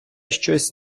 щось